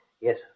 Yes